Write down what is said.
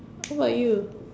what about you